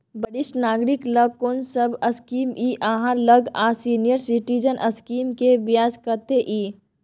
वरिष्ठ नागरिक ल कोन सब स्कीम इ आहाँ लग आ सीनियर सिटीजन स्कीम के ब्याज कत्ते इ?